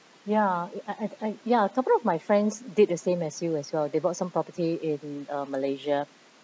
ya I I I ya a couple of my friends did the same as you as well they bought some property in uh malaysia